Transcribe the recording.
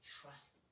trust